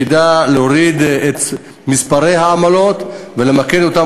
ידע להוריד את מספר העמלות ולמקד אותן,